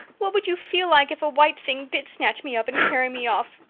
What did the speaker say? what would you feel like if a white thing did snatch me up and carry me off?